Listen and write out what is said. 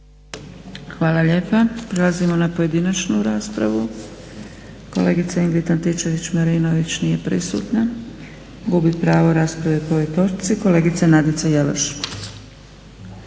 Hvala lijepa. Prelazimo na pojedinačnu raspravu. Kolegica Ingrid Antičević-Marinović, nije prisutna, gubi pravo rasprave po ovoj točci. Kolegica Nadica Jelaš.